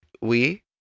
Oui